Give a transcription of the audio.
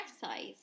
size